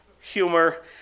humor